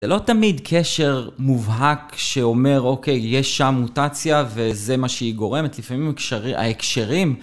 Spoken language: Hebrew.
זה לא תמיד קשר מובהק שאומר אוקיי, יש שם מוטציה וזה מה שהיא גורמת, לפעמים ההקשרים.